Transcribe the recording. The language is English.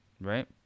right